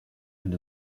and